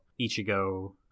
Ichigo